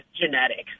genetics